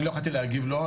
אני יכולתי להגיב לו,